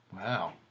Wow